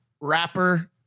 rapper